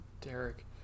Derek